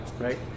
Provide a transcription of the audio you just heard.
right